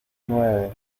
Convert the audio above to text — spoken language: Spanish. nueve